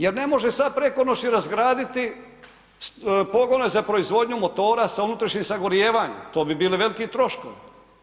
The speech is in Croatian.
Jer ne može sad preko noći razgraditi pogone za proizvodnju motora sa unutrašnjim sagorijevanjem, top bi bili veliki troškovi.